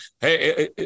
hey